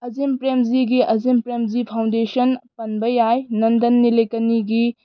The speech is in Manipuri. ꯑꯖꯤꯝ ꯄ꯭ꯔꯦꯖꯤꯒꯤ ꯑꯖꯤꯝ ꯄ꯭ꯔꯦꯝꯖꯤ ꯐꯥꯎꯟꯗꯦꯁꯟ ꯄꯟꯕ ꯌꯥꯏ ꯅꯟꯗꯟꯅꯤꯂꯀꯅꯤꯒꯤ